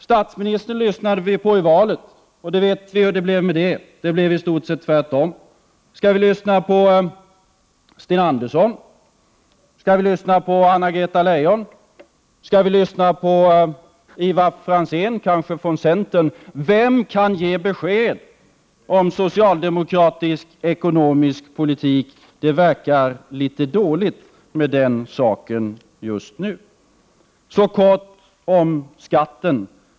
Statsministern lyssnade vi på före valet, och vi vet ju hur det blev —-i stort sett tvärtom. Skall vi lyssna på Sten Andersson? Skall vi lyssna på Anna-Greta Leijon? Eller skall vi kanske lyssna på Ivar Franzén från centern — vem kan ge besked om socialdemokratisk ekonomisk politik? Det verkar litet dåligt med den saken just nu. Så helt kort om skatten.